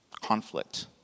Conflict